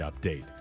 update